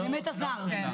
על אשפוזי בית כבר דובר פה,